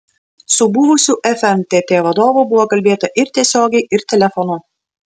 su buvusiu fntt vadovu buvo kalbėta ir tiesiogiai ir telefonu